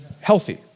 healthy